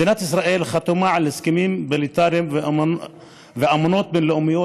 מדינת ישראל חתומה על הסכמים בילטרליים ואמנות בין-לאומיות